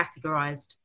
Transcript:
categorized